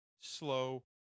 slow